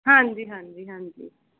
ਹਾਂਜੀ ਹਾਂਜੀ